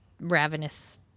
ravenous